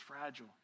fragile